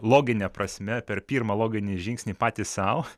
logine prasme per pirmą loginį žingsnį patys sau